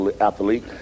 athlete